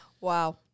Wow